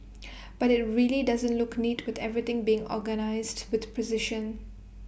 but IT really doesn't look neat with everything being organised with precision